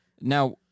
Now